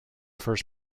first